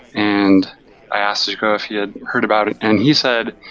and i asked zooko if he had heard about, and he said,